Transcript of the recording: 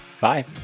bye